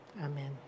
Amen